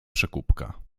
przekupka